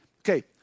Okay